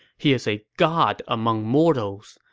he is a god among mortals.